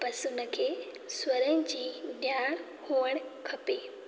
बस उन खे स्वरनि जी ॼाणु हुअणु खपे